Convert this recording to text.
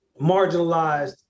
marginalized